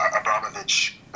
Abramovich